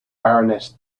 baroness